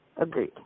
Agreed